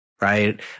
Right